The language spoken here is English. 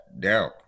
down